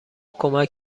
کمک